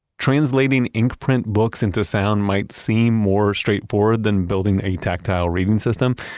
translating ink print books into sound might seem more straightforward than building a tactile reading system.